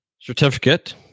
certificate